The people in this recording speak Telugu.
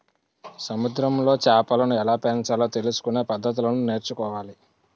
సముద్రములో చేపలను ఎలాపెంచాలో తెలుసుకొనే పద్దతులను నేర్చుకోవాలి